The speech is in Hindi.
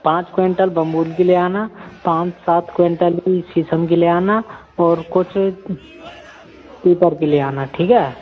पाँच क्विंटल बबूल की ले आना पाँच सात क्विंटल शीशम की ले आना और कुछ पीपल की ले आना ठीक है